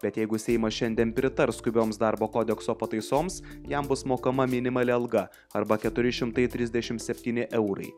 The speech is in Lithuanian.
bet jeigu seimas šiandien pritars skubioms darbo kodekso pataisoms jam bus mokama minimali alga arba keturi šimtai trisdešim septyni eurai